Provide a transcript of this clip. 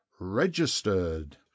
registered